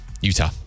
Utah